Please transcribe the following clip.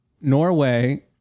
Norway